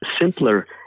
simpler